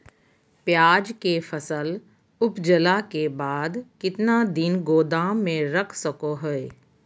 प्याज के फसल उपजला के बाद कितना दिन गोदाम में रख सको हय?